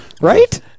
Right